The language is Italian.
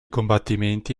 combattimenti